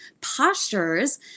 postures